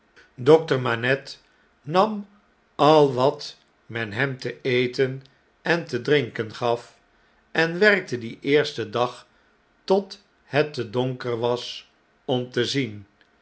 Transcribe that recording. dokter manette nam al wat men hem te eten en te drinken gaf en werkte dien eersten dag tot het te donker was om te zien